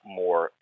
more